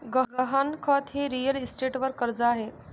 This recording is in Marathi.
गहाणखत हे रिअल इस्टेटवर कर्ज आहे